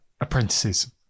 apprentices